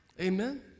amen